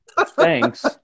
thanks